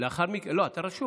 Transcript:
לעולם לא ניכנע.